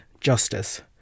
justice